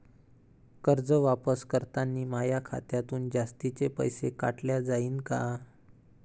कर्ज वापस करतांनी माया खात्यातून जास्तीचे पैसे काटल्या जाईन का?